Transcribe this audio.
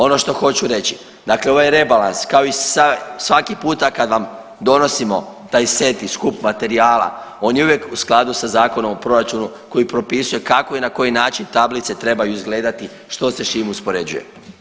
Ono što hoću reći, dakle ovaj rebalans kao i svaki puta kad vam donosimo taj set i skup materijala on je uvijek u skladu sa Zakonom o proračunu koji propisuje kako i na koji način tablice trebaju izgledati, što se s čim uspoređuje.